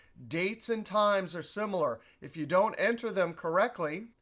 dates and times are similar. if you don't enter them correctly,